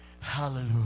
Hallelujah